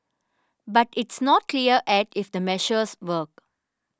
but it's not clear egg if the measures work